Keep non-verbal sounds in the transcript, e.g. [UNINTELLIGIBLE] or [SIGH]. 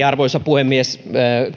[UNINTELLIGIBLE] arvoisa puhemies